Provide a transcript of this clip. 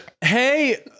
Hey